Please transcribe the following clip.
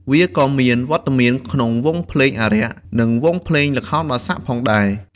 វាក៏មានវត្តមានក្នុងវង់ភ្លេងអារក្ស និងវង់ភ្លេងល្ខោនបាសាក់ផងដែរ។